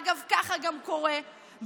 אגב, ככה גם קורה באלימות